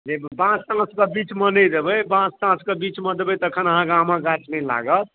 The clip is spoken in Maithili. जे बाँस ताँस कऽ बीचमे नहि देबै बाँस ताँस कऽ बीचमे देबै तखन अहाँकऽ आमक गाछ नहि लागत